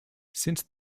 since